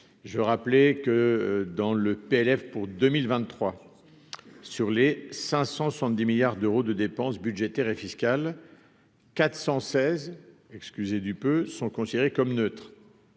je veux rappeler que dans le PLF pour 2023 sur les 570 milliards d'euros de dépenses budgétaires et fiscales 416 excusez du peu, sont considérés comme neutres.